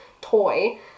toy